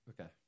Okay